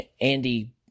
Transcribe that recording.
Andy